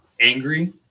angry